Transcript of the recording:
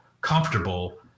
comfortable